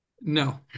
No